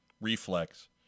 reflex